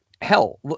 hell